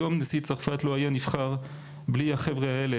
היום נשיא צרפת לא היה נבחר בלי החבר'ה האלה.